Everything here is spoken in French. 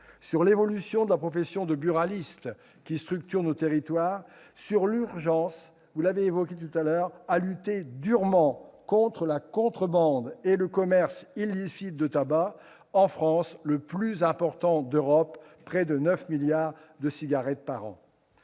; l'évolution de la profession de buraliste qui structure nos territoires ; l'urgence, que vous avez évoquée tout à l'heure, de la lutte contre le commerce illicite de tabac en France, le plus important d'Europe, avec près de 9 milliards de cigarettes par an.